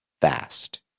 fast